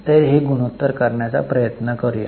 तर हे गुणोत्तर करण्याचा प्रयत्न करूया